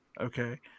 okay